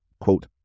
Quote